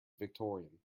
victorian